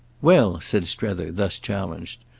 well, said strether, thus challenged,